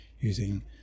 using